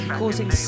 ...causing